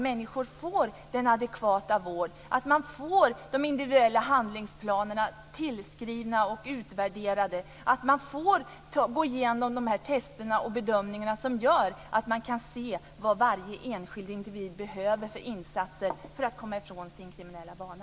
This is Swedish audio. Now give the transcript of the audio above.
Människor ska få adekvat vård, de individuella handlingsplanerna ska skrivas och utvärderas och människor ska få gå igenom de test och bedömningar som gör att man kan se vilka insatser varje enskild individ behöver för att komma ifrån sin kriminella bana.